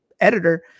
editor